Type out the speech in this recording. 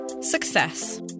Success